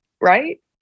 right